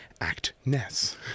actness